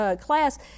class